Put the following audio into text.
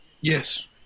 Yes